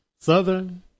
Southern